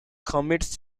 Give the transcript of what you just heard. commits